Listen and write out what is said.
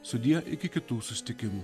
sudie iki kitų susitikimų